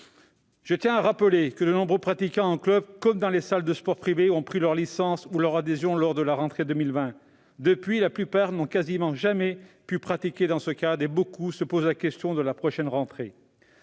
Je tiens à rappeler que de nombreux pratiquants en club comme dans les salles de sport privées ont pris leur licence ou leur adhésion lors de la rentrée 2020. Depuis, la plupart d'entre eux n'ont quasiment jamais pu pratiquer dans ce cadre et beaucoup se posent la question de la rentrée